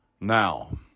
now